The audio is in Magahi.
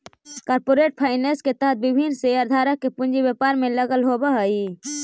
कॉरपोरेट फाइनेंस के तहत विभिन्न शेयरधारक के पूंजी व्यापार में लगल होवऽ हइ